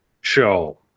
show